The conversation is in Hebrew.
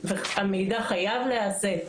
והמידע חייב להיות,